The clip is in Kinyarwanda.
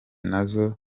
nazo